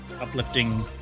uplifting